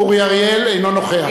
אינו נוכח מה קרה?